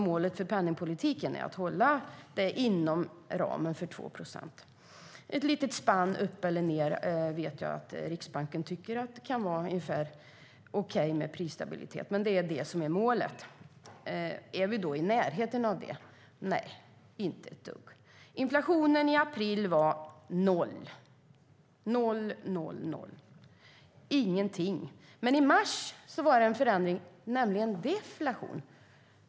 Målet för penningpolitiken är alltså att hålla det inom tvåprocentsramen. Ett litet spann uppåt eller nedåt tycker Riksbanken är okej för prisstabiliteten, men 2 procent är målet. Är vi i närheten av det? Inte ett dugg. Inflationen i april var noll och ingen. I mars var det en förändring, nämligen deflation.